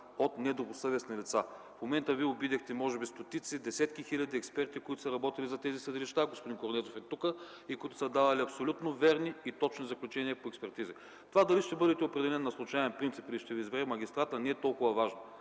от недобросъвестни лица. В момента Вие обидихте може би стотици, десетки хиляди експерти, които са работили за тези съдилища, господин Корнезов е тук, които са давали абсолютно верни и точни заключения по експертизи. Това дали ще бъдете определен на случаен принцип, или ще Ви избере магистратът, не е толкова важно.